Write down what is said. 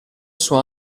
suo